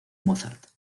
mozart